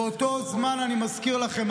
אני מזכיר לכם,